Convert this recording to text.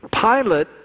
Pilate